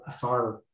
far